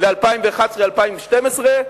ל-2011 2012,